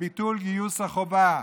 לביטול גיוס החובה.